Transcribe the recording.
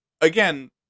again